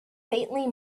faintly